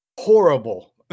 Horrible